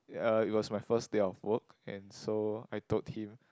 uh it was my first day of work and so I told him